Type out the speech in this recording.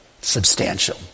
substantial